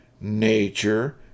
nature